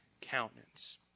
countenance